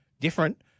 different